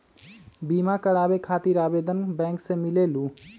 बिमा कराबे खातीर आवेदन बैंक से मिलेलु?